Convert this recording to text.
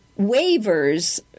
waivers